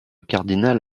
cardinal